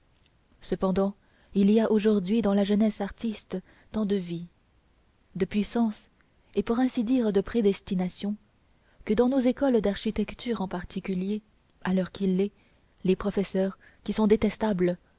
cependant il y a aujourd'hui dans la jeunesse artiste tant de vie de puissance et pour ainsi dire de prédestination que dans nos écoles d'architecture en particulier à l'heure qu'il est les professeurs qui sont détestables